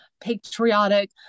patriotic